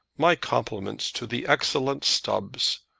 my compliments to the excellent stubbs.